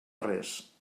res